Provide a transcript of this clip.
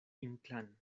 inclán